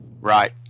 right